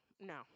no